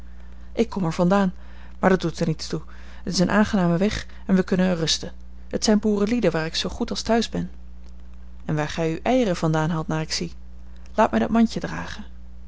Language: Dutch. ik kom er vandaan maar dat doet er niets toe t is een aangename weg en wij kunnen er rusten het zijn boerenlieden waar ik zoo goed als thuis ben en waar gij uw eieren vandaan haalt naar ik zie laat mij dat mandje dragen